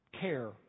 care